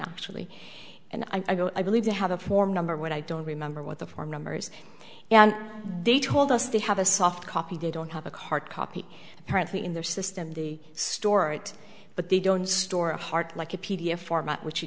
actually and i go i believe they have a form number one i don't remember what the form numbers and they told us they have a soft copy they don't have a card copy apparently in their system the store it but they don't store a heart like a p d f format which you